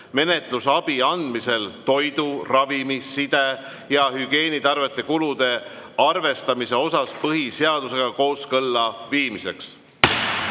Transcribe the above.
menetlusabi andmisel toidu‑, ravimi‑, side‑ ja hügieenitarvete kulude arvestamise osas põhiseadusega kooskõlla viimiseks. Esimese